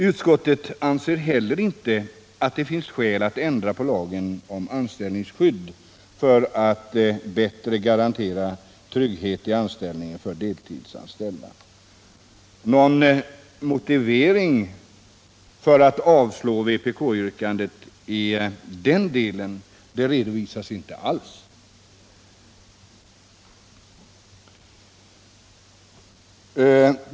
Utskottet anser heller inte att det finns skäl att ändra lagen om anställningsskydd för att bättre garantera trygghet i anställningen för deltidsanställda. Någon motivering för att avslå vpk-yrkandet i den delen redovisas inte alls.